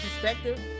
perspective